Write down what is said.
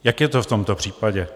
Jak je to v tomto případě?